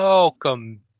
Welcome